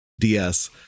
DS